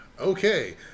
Okay